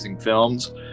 films